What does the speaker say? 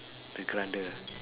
the keranda